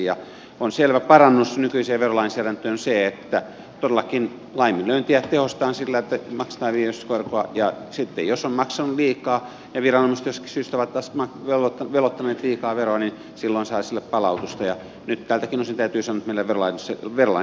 ja on selvä parannus nykyiseen verolainsäädäntöön se että todellakin laiminlyöntiä tehostetaan sillä että maksetaan viivästyskorkoa ja sitten jos on maksanut liikaa ja viranomaiset jostakin syystä ovat veloittaneet liikaa veroa niin silloin saa sille palautusta